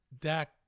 Dak